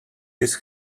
his